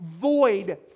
void